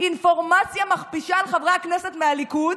אינפורמציה מכפישה על חברי הכנסת מהליכוד,